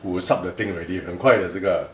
who will sup the thing already 很快的这个